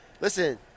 Listen